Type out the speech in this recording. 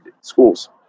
schools